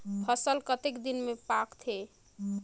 फसल कतेक दिन मे पाकथे?